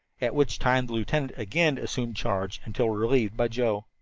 at which time the lieutenant again assumed charge until relieved by joe.